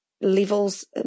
levels